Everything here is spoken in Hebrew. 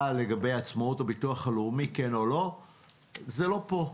לגבי עצמאות הביטוח הלאומי זה לא פה,